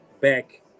back